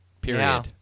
Period